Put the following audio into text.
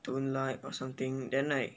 don't like or something then like